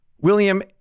William